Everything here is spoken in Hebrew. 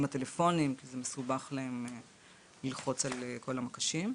הטלפונים כי זה מסובך להם ללחוץ על כל המקשים.